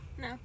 No